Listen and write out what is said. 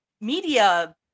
media